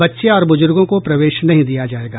बच्चे और बुजुर्गों को प्रवेश नहीं दिया जायेगा